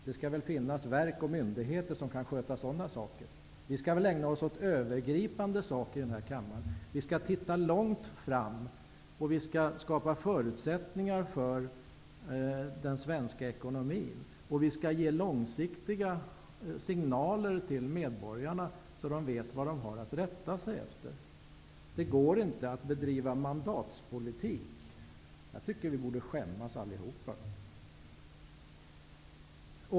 Det skall väl finnas verk och myndigheter som kan sköta sådana saker. Vi skall väl i den här kammaren ägna oss åt övergripande saker. Vi skall titta långt framåt, och vi skall skapa förutsättningar för den svenska ekonomin. Vi skall ge långsiktiga signaler till medborgarna, så att de vet vad de har att rätta sig efter. Det går inte att bedriva mandatpolitik. Jag tycker vi borde skämmas allihopa.